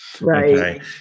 right